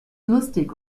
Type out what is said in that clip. lustig